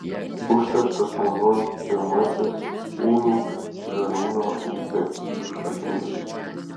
užterštas vanduo pirmasis ūmių žarnyno infekcijų šaltinis